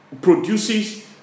produces